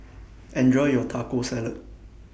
Enjoy your Taco Salad